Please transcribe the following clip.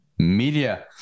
media